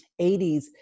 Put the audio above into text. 80s